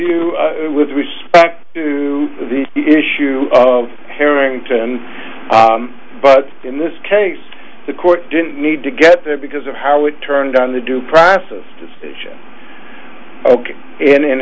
you with respect to the issue of harrington but in this case the court didn't need to get there because of how it turned on the d